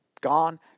gone